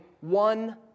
one